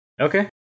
Okay